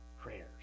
prayers